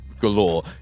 Galore